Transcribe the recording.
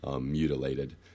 mutilated